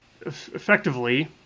effectively